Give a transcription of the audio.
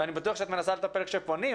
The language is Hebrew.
אני בטוח שאת מנסה לטפל כשפונים,